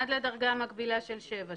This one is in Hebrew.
עד לדרגה מקבילה של 7,